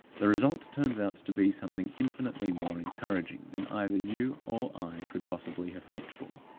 the result turns out to be something infinitely more encouraging than either you or i could possibly have hoped for.